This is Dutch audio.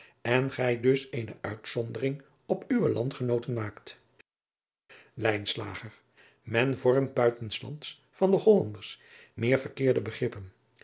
en gij dus eene uitzondering op uwe landgenooten maakt lijnslager men vormt buiten s lands van de hollanders meer verkeerde begrippen